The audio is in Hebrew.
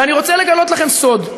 ואני רוצה לגלות לכם סוד: